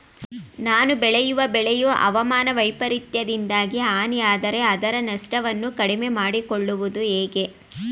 ನಾನು ಬೆಳೆಯುವ ಬೆಳೆಯು ಹವಾಮಾನ ವೈಫರಿತ್ಯದಿಂದಾಗಿ ಹಾನಿಯಾದರೆ ಅದರ ನಷ್ಟವನ್ನು ಕಡಿಮೆ ಮಾಡಿಕೊಳ್ಳುವುದು ಹೇಗೆ?